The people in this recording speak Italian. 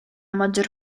maggior